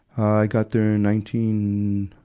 i got there in nineteen,